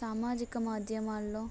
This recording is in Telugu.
సామాజిక మాధ్యమాల్లో